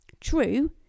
true